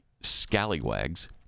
scallywags